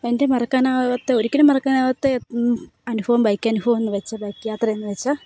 എൻ്റെ മറക്കാനാകാത്ത ഒരിക്കലും മറക്കാനാകാത്ത അനുഭവം ബൈക്ക് അനുഭവം എന്നു വച്ചാൽ ബൈക്ക് യാത്ര എന്നു വച്ചാൽ